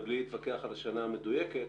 ובלי להתווכח על השנה המדויקת,